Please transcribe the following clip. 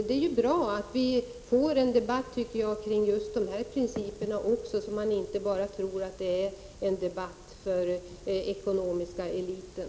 Det är bra att vi får en debatt kring dessa principer, så att man inte bara tror att det är en debatt för den ekonomiska eliten.